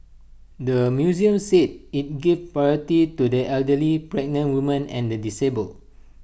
the museum said IT gave priority to the elderly pregnant women and the disabled